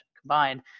combined